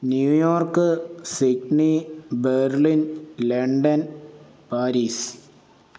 New York Sydney Berlin London Paris